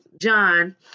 John